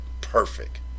perfect